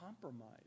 compromise